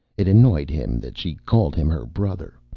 it annoyed him that she called him her brother,